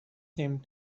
same